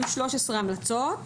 שסיכם את הכל היו 13 המלצות.